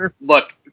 look